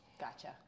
Gotcha